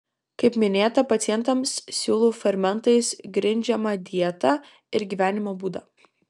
kaip minėta pacientams siūlau fermentais grindžiamą dietą ir gyvenimo būdą